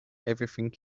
everything